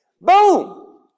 Boom